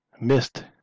missed